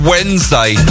Wednesday